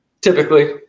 Typically